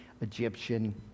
Egyptian